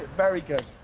very good.